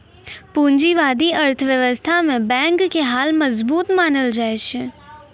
पूंजीबादी अर्थव्यवस्था मे बैंक के हाल मजबूत मानलो जाय छै